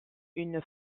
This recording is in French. une